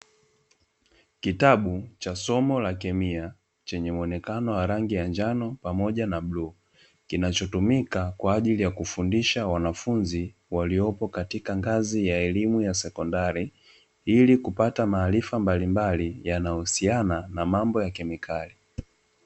Kitabu cha somo la kikemia chenye muonekano wa rangi ya njano na bluu kinachotumika kufundishia wanafunzi waliopo katika ngazi ya elimu ya sekondari, ili kupata maarifa mbalimbali yanayohusiana na mambo ya kemikali.